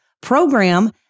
program